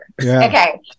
okay